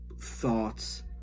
thoughts